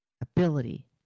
ability